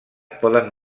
poden